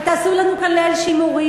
ותעשו לנו כאן ליל שימורים,